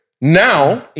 now